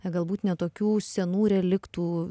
galbūt ne tokių senų reliktų